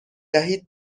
دهید